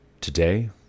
today